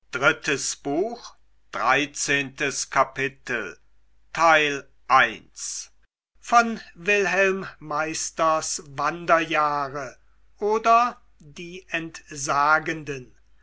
goethe wilhelm meisters wanderjahre oder die entsagenden